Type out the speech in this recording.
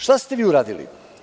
Šta ste vi uradi?